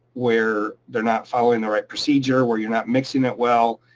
where they're not following the right procedure, where you're not mixing it well,